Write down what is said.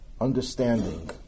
understanding